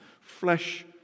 Flesh